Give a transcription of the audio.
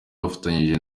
bafatanyije